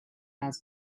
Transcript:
hours